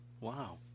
Wow